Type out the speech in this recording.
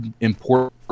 important